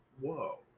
whoa